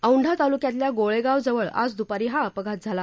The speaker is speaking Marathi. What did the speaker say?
औंढा तालुक्यातल्या गोळेगावजवळ आज द्पारी हा अपघात झाला